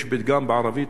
יש פתגם בערבית,